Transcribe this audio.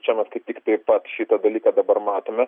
čia mes kaip tiktai pat šitą dalyką dabar matome